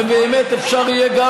ובאמת אפשר יהיה,